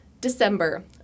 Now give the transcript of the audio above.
December